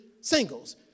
singles